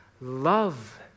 Love